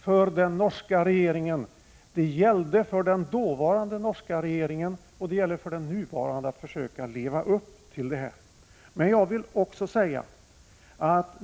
1985/86:140 gällde för den dåvarande norska regeringen, och det gäller för den nuvarande, att försöka leva upp till konventionens bestämmelser.